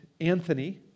Anthony